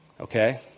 okay